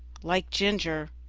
like ginger,